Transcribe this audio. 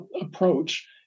approach